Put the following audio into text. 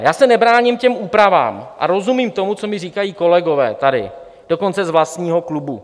Já se nebráním těm úpravám a rozumím tomu, co mi říkají kolegové tady, dokonce z vlastního klubu.